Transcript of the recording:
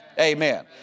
Amen